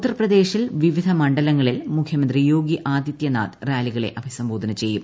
ഉത്തർപ്രദേശിൽ വിവിധ മണ്ഡലങ്ങളിൽ മുഖ്യമന്ത്രി യോഗി ആദിത്യനാഥ് റാലികളെ അഭിസംബോധന ചെയ്യും